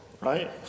right